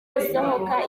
akadasohoka